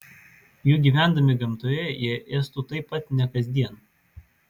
juk gyvendami gamtoje jie ėstų taip pat ne kasdien